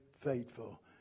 faithful